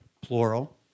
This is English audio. plural